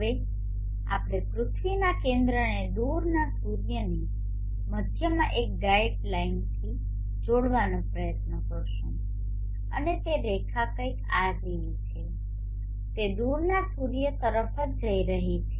હવે આપણે પૃથ્વીના કેન્દ્રને દૂરના સૂર્યની મધ્યમાં એક લાઇનથી જોડવાનો પ્રયત્ન કરીશું અને તે રેખા કંઈક આ જેવી છે તે દૂરના સૂર્ય તરફ જઈ રહી છે